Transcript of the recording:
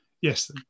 yes